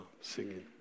singing